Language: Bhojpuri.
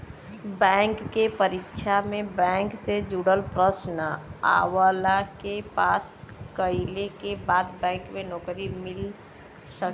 बैंक के परीक्षा में बैंक से जुड़ल प्रश्न आवला एके पास कइले के बाद बैंक में नौकरी मिल सकला